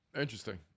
Interesting